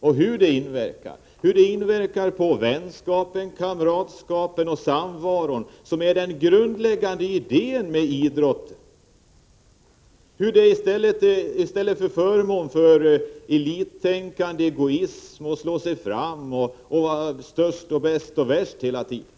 och hur den inverkar på vänskapen, kamratskapen och samvaron — någonting som är den grundläggande idén med idrotten — till förmån för elittänkande, egoism, ambitionen att slå sig fram och vara störst, bäst och först hela tiden.